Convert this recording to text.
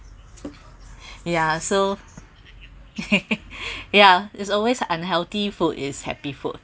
ya so ya it's always unhealthy food is happy food